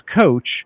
coach